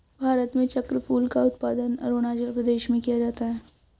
भारत में चक्रफूल का उत्पादन अरूणाचल प्रदेश में किया जाता है